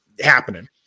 happening